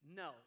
no